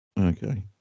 Okay